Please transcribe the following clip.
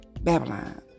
Babylon